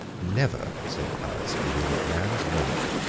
never, said powis, within man's memory,